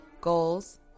goals